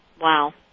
Wow